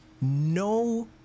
no